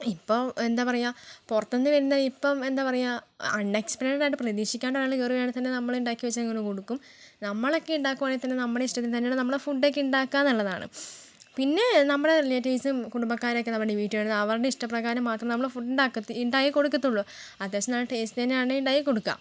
ഇപ്പം എന്താണ് പറയുക പുറത്തുനിന്ന് വരുന്ന ഇപ്പം എന്താണ് പറയുക അൺഎക്സ്പെക്റ്റഡ് ആയിട്ട് പ്രതീക്ഷിക്കാണ്ട് ഒരാൾ കയറി വരുവാണെങ്കിൽ തന്നെ നമ്മൾ ഉണ്ടാക്കി വെച്ചിരിക്കുന്നത് കൊടുക്കും നമ്മൾ ഒക്കെ ഉണ്ടാക്കുവാണെങ്കിൽ തന്നെ നമ്മുടെ ഇഷ്ടത്തിന് തന്നെയാണ് നമ്മൾ ഫുഡ് ഒക്കെ ഉണ്ടാക്കുക എന്നുള്ളതാണ് പിന്നെ നമ്മുടെ റിലേറ്റിവ്സും കുടുംബക്കാരൊക്കെ നമ്മുടെ വീട്ടിൽ വരുമ്പോൾ അവരുടെ ഇഷ്ടപ്രകാരം മാത്രം നമ്മൾ ഫുഡ് ഉണ്ടാക്കുക ഉണ്ടാക്കി കൊടുക്കത്തുള്ളൂ അത്യാവശ്യം നല്ല ടേസ്റ്റിൽ തന്നെയാണ് ഉണ്ടാക്കി കൊടുക്കുക